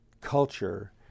culture